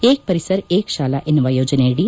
hike ಪರಿಸರ್ ಏಕ್ ಶಾಲಾ ಎನ್ನುವ ಯೋಜನೆಯಡಿ